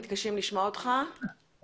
לקבל ממך בפתח הדברים תמונת מצב עדכנית על